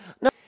No